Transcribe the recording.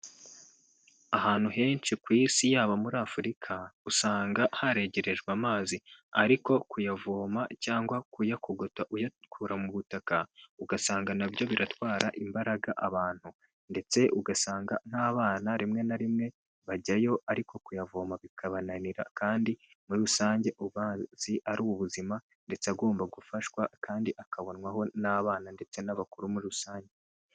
Ahantu henshi ku isi yaba muri afurika, usanga haregerejwe amazi, ariko kuyavoma cyangwa kuyakogota uyakura mu butaka ugasanga nabyo biratwara imbaraga abantu, ndetse ugasanga nk'abana rimwe na rimwe bajyayo ariko kuyavoma bikabananira kandi muri rusange amazi ari ubuzima, ndetse agomba gufashwa kandi akabonwaho n'abana ndetse n'abakuru muri rusange.